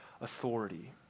authority